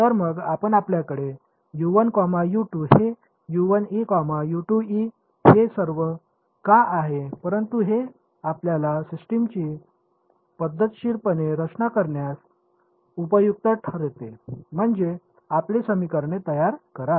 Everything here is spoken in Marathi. तर मग आपण आपल्याकडे हे हे सर्व का आहे परंतु हे आपल्या सिस्टमची पद्धतशीरपणे रचना करण्यास उपयुक्त ठरते म्हणजे आपली समीकरणे तयार करा